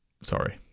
Sorry